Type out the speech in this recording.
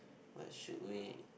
what should we